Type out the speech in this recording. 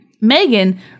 Megan